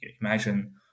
imagine